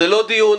זה לא דיון,